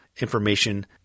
information